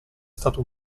stato